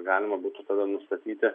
galima būtų tada nustatyti